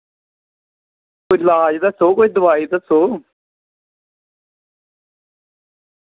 कोई लाज दस्सो कोई दवाई दस्सो